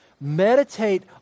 meditate